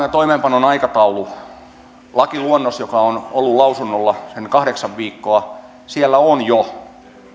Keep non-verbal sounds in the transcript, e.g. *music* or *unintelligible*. *unintelligible* ja toimeenpanon aikataulusta se että lakiluonnos on ollut lausunnolla sen kahdeksan viikkoa ja siinä on jo